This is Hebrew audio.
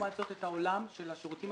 לנסח על דרך השלילה.